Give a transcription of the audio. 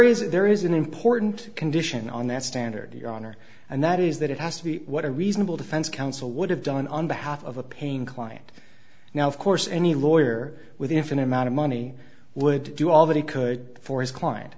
is there is an important condition on that standard your honor and that is that it has to be what a reasonable defense counsel would have done on behalf of a pain client now of course any lawyer with an infinite amount of money would do all that he could for his client